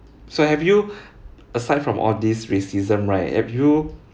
so have you aside from all these racism right have you